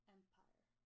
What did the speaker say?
Empire